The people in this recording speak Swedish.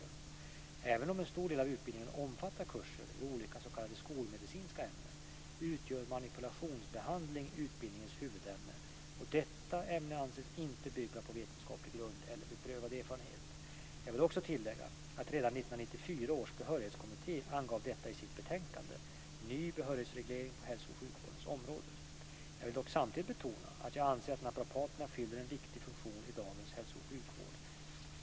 Även om en stor del av utbildningen omfattar kurser i olika s.k. skolmedicinska ämnen, utgör manipulationsbehandling utbildningens huvudämne, och detta ämne anses inte bygga på vetenskaplig grund eller beprövad erfarenhet. Jag vill också tillägga att redan 1994 års behörighetskommitté angav detta i sitt betänkande, SOU Jag vill dock samtidigt betona att jag anser att naprapaterna fyller en viktig funktion i dagens hälsooch sjukvård.